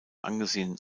angesehenen